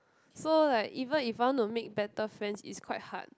so like even if I want to make better friends is quite hard